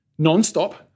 nonstop